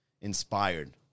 inspired